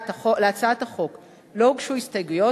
להצעת החוק לא הוגשו הסתייגויות,